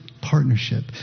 partnership